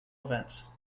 events